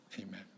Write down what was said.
amen